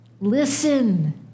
listen